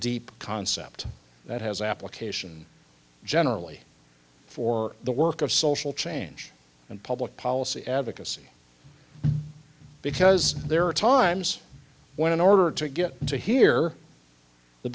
deep concept that has application generally for the work of social change and public policy advocacy because there are times when in order to get to hear the